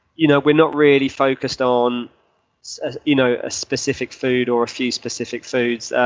you know we're not really focused on a you know ah specific food or a few specific foods.